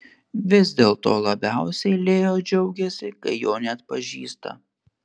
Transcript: vis dėlto labiausiai leo džiaugiasi kai jo neatpažįsta